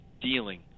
dealing